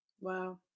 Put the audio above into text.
wow